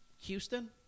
Houston